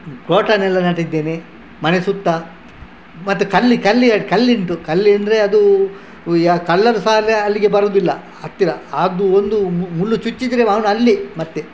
croton ಎಲ್ಲ ನೆಟ್ಟಿದ್ದೇನೆ ಮನೆ ಸುತ್ತ ಮತ್ತೆ ಕಳ್ಳಿ ಕಳ್ಳಿ ಕಳ್ಳಿ ಉಂಟು ಕಳ್ಳಿ ಅಂದರೆ ಅದು ಯಾ ಕಲ್ಲದು ಸಾಲ್ಯ ಅಲ್ಲಿಗೆ ಬರೋದಿಲ್ಲ ಹತ್ತಿರ ಅದು ಒಂದು ಮುಳ್ಳು ಚುಚ್ಚಿದರೆ ಅವನು ಅಲ್ಲಿ ಮತ್ತೆ